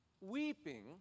weeping